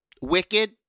Wicked